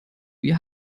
wir